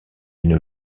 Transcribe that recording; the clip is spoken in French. nos